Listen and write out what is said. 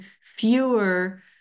fewer